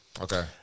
Okay